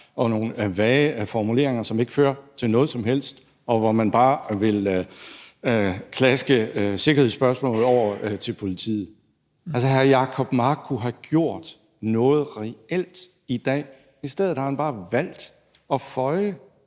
og nogle vage formuleringer, som ikke fører til noget som helst, og hvor man bare vil klaske sikkerhedsspørgsmålet over til politiet. Altså, hr. Jacob Mark kunne have gjort noget reelt i dag. I stedet har han bare valgt at føje